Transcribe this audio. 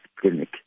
clinic